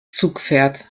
zugpferd